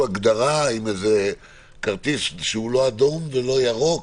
הגדרה עם כרטיס שהוא לא אדום ולא ירוק